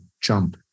jump